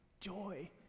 joy